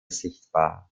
sichtbar